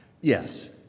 Yes